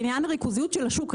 לעניין ריכוזיות השוק,